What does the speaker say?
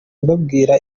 mbabwira